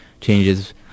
changes